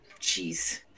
jeez